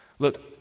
Look